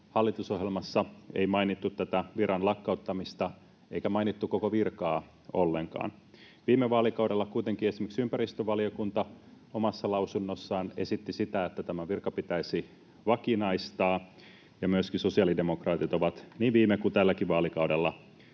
hallitusohjelmassa ei mainittu tätä viran lakkauttamista eikä mainittu koko virkaa ollenkaan. Viime vaalikaudella kuitenkin esimerkiksi ympäristövaliokunta omassa lausunnossaan esitti sitä, että tämä virka pitäisi vakinaistaa, ja myöskin sosiaalidemokraatit ovat niin viime kuin tälläkin vaalikaudella